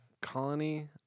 colony